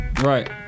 right